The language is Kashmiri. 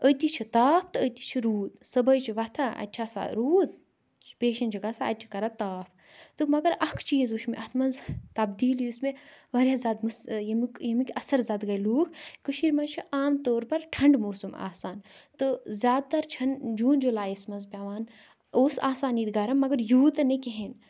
أتی چھُ تاپھ تہٕ أتی چھُ رود صبحٲے چھِ وَتھان اَتہِ چھُ آسان رود پیشن چھُ گَژھان اَتہِ چھُ تاپھ تہٕ مگر اَکھ چیز وٕچھ مےٚ اَتھ منٛز تبدیلی یُس مےٚ واریاہ زیادٕ مس ییمِک ییمِک اثر زَد گے لوکھ کشیٖر منٛز چھُ آم طورپَر ٹھنڈٕ موسم آسان تہٕ زیادٕ تَر چھَنہٕ جون جُلاییَس منٛز پیوان اوس آسان ییتہِ گَرم مگر یوت نہٕ کِہنۍ